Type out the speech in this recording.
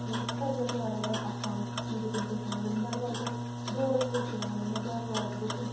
دوٚپُن سۄ تہِ ٲس واریاہ زیادٕ اَسان ییٚلہِ بہٕ تٔمِس ٲس وَنان دوٚپُن دَروازَس ڈورَس کیٛاہ چھُو وَنان دوٚپمَس دَروازٕ دوٚپَن